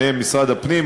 וביניהם משרד הפנים,